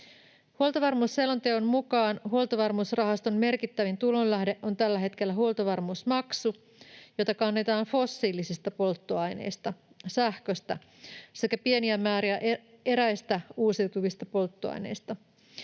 Huoltovarmuusselonteon mukaan Huoltovarmuusrahaston merkittävin tulonlähde on tällä hetkellä huoltovarmuusmaksu, jota kannetaan fossiilisista polttoaineista, sähköstä sekä pieniä määriä eräistä uusiutuvista polttoaineista.